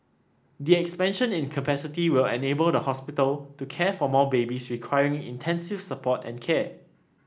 the expansion in capacity will enable the hospital to care for more babies requiring intensive support and care